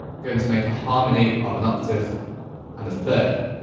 going to make a harmony of an octave and a third.